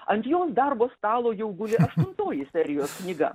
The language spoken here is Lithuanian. ant jos darbo stalo jau guli aštuntoji serijos knyga